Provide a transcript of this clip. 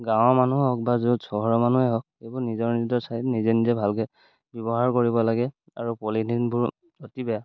গাঁৱৰ মানুহে হওক বা য'ত চহৰৰ মানুহেই হওক এইবোৰ নিজৰ নিজৰ চাইড নিজে নিজে ভালকৈ ব্যৱহাৰ কৰিব লাগে আৰু পলিথিনবোৰ অতি বেয়া